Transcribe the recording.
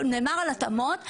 נאמר על התאמות,